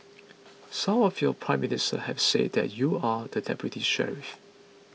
some of your Prime Ministers have said that you are the deputy sheriff